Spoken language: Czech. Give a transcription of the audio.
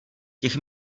těch